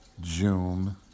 June